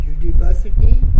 university